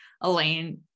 Elaine